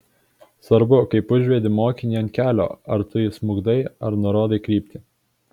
svarbu kaip užvedi mokinį ant kelio ar tu jį smukdai ar nurodai kryptį